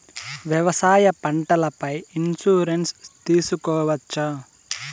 వ్యవసాయ పంటల పై ఇన్సూరెన్సు తీసుకోవచ్చా?